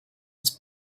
its